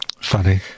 funny